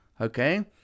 Okay